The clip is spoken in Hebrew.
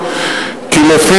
קרי מתנגדים לחוק,